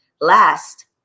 last